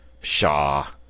pshaw